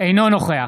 אינו נוכח